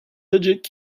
logic